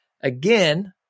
Again